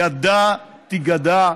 ידו תיגדע,